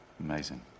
Amazing